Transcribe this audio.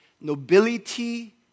nobility